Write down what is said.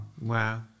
Wow